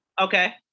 Okay